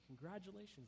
Congratulations